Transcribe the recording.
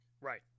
Right